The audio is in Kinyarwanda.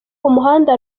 umuhanda